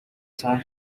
цагаан